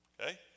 Okay